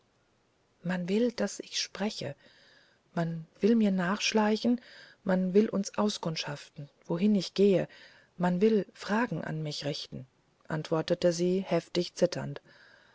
man will daß ich spreche man will mir nachschleichen man will uns auskundschaften wohin ich gehe man will fragen an mich richten antwortete sie heftig zitternd